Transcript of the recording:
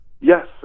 Yes